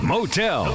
Motel